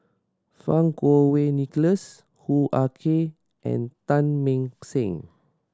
Fang Kuo Wei Nicholas Hoo Ah Kay and Teng Mah Seng